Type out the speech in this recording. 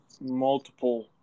multiple